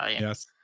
Yes